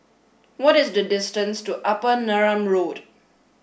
what is the distance to Upper Neram Road